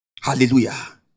Hallelujah